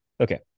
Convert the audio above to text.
Okay